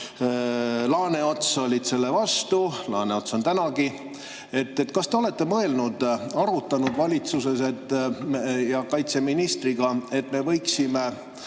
Laaneots olid selle vastu, Laaneots on tänagi. Kas te olete mõelnud, arutanud valitsuses, eriti kaitseministriga, et me võiksime